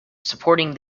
supporting